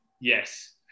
Yes